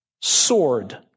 sword